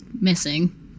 missing